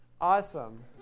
awesome